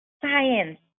Science